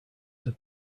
have